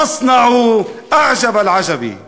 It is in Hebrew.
שימו בין העיניים את השמש ואת הפלדה, בעצבים.